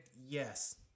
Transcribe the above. Yes